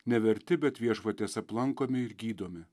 neverti bet viešpaties aplankomi ir gydomi